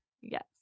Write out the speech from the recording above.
Yes